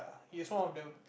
he's one of the